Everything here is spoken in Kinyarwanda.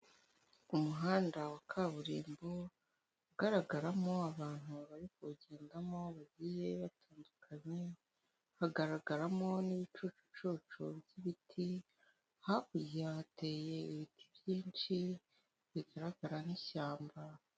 Umuhanda wa kaburimbo ugaragaramo abantu bari kuwugendamo bagiye batandukanye hagaragaramo n'ibicucucu by'ibiti hakurya hateye ibiti byinshi bigaragara nk'ishyamba.